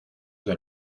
del